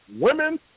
Women